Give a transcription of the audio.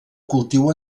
cultiu